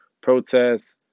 protests